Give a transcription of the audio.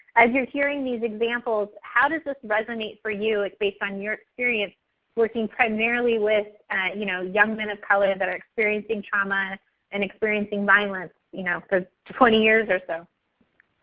as you're hearing these examples, how does this resonate for you based on your experience working primarily with you know young men of color that are experiencing trauma and experiencing violence you know for twenty years or so?